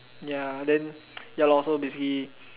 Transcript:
ya then ya lah so basically